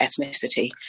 ethnicity